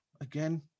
again